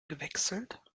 gewechselt